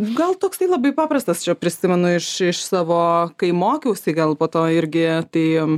gal toksai labai paprastas čia prisimenu iš iš savo kai mokiausi gal po to irgi taim